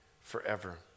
forever